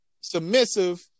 submissive